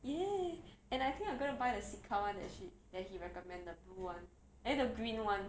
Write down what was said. ya and I think I'm going to buy the Cica [one] that she that he recommended the blue [one] eh the green [one]